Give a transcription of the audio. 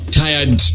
tired